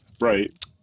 right